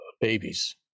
babies